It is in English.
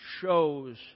shows